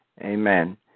Amen